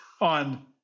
On